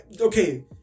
Okay